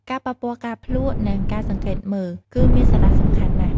ការប៉ះពាល់ ការភ្លក្ស និងការសង្កេតមើល គឺមានសារៈសំខាន់ណាស់។